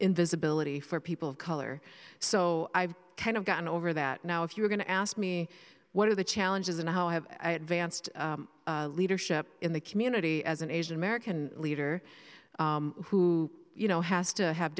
invisibility for people of color so i've kind of gotten over that now if you're going to ask me what are the challenges and how have i advanced leadership in the community as an asian american leader who you know has to have